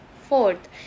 Fourth